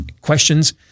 questions